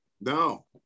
No